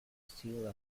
steal